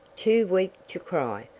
too weak to cry,